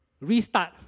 restart